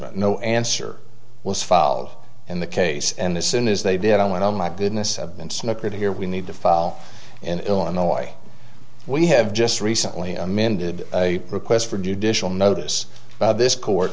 judgment no answer was filed in the case and as soon as they did i went oh my goodness i've been snookered here we need to file in illinois we have just recently amended a request for judicial notice this court